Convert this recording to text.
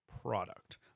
product